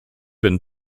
been